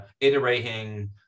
iterating